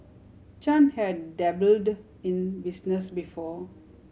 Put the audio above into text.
Chan had dabbled in business before